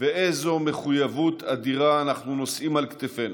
ואיזו מחויבות אדירה אנחנו נושאים על כתפינו,